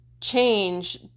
change